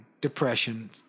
depression